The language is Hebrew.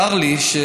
צר לי.